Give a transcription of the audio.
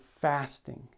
fasting